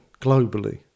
globally